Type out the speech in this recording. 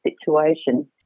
situation